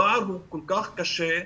הפער הוא כל כך קשה,